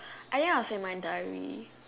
!aiya! was in my diary